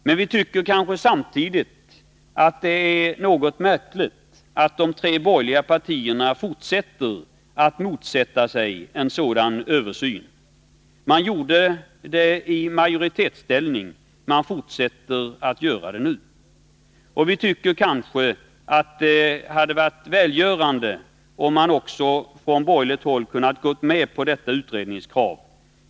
Samtidigt tycker vi nog att det är något märkligt att de tre borgerliga partierna fortsätter att motsätta sig en sådan översyn. Man gjorde det i majoritetsställning, och man fortsätter att göra det. Vi tycker nog att det hade varit välgörande om man också från borgerligt håll hade kunnat gå med på detta utredningskrav.